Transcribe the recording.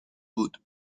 بود